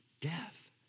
death